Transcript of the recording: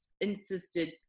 insisted